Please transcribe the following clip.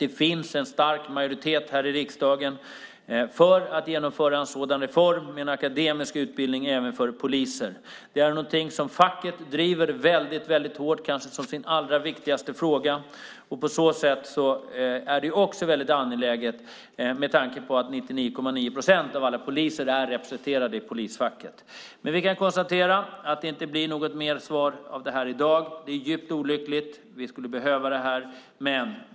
Det finns en stark majoritet här i riksdagen för att genomföra en sådan reform: en akademisk utbildning även för poliser. Det är någonting som facket driver väldigt hårt, kanske som sin allra viktigaste fråga. På så sätt är det också angeläget, med tanke på att 99,9 procent av alla poliser är representerade i polisfacket. Vi kan dock konstatera att det inte blir något mer svar om detta i dag. Det är djupt olyckligt. Vi skulle behöva det här.